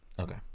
Okay